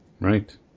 Right